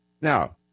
now